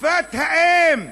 שפת האם,